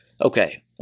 Okay